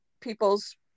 people's